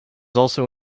also